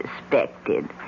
suspected